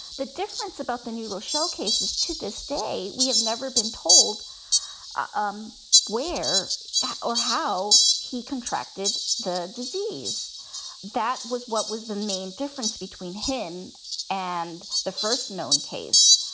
the difference about the new rochelle case is to this day, we have never been told um where or how he contracted the disease that was what was the main difference between him and the first known case.